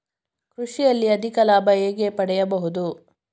ಕೃಷಿಯಲ್ಲಿ ಅಧಿಕ ಲಾಭ ಹೇಗೆ ಪಡೆಯಬಹುದು?